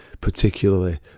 particularly